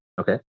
Okay